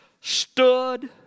stood